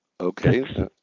okay